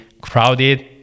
crowded